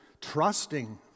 trusting